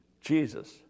Jesus